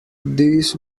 this